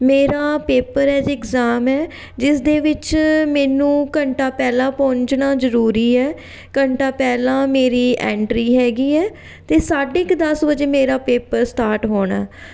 ਮੇਰਾ ਪੇਪਰ ਹੈ ਜੀ ਇਗਜ਼ਾਮ ਹੈ ਜਿਸ ਦੇ ਵਿੱਚ ਮੈਨੂੰ ਘੰਟਾ ਪਹਿਲਾਂ ਪਹੁੰਚਣਾ ਜ਼ਰੂਰੀ ਹੈ ਘੰਟਾ ਪਹਿਲਾਂ ਮੇਰੀ ਐਂਟਰੀ ਹੈਗੀ ਹੈ ਅਤੇ ਸਾਢੇ ਕੁ ਦਸ ਵਜੇ ਮੇਰਾ ਪੇਪਰ ਸਟਾਰਟ ਹੋਣਾ